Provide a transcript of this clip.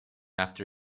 after